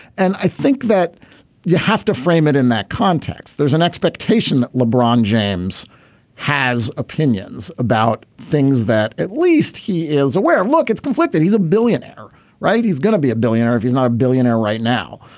and i think that you have to frame it in that context. there's an expectation that lebron james has opinions about things that at least he is aware of. look it's conflicted he's a billionaire right. he's gonna be a billionaire if he's not a billionaire right now.